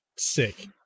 sick